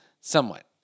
somewhat